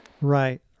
Right